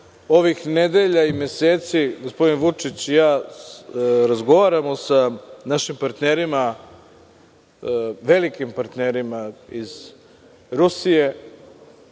ovih nedelja i meseci gospodin Vučić i ja razgovaramo sa našim partnerima, velikim partnerima iz Rusije.